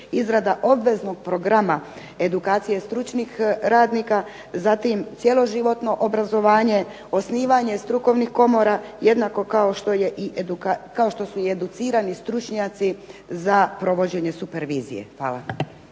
izrada obveznog programa edukacije stručnih radnika, zatim cjeloživotno obrazovanje, osnivanje strukovnih komora, jednako kao što su i educirani stručnjaci za provođenje supervizije. Hvala.